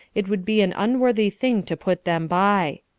it would be an unworthy thing to put them by.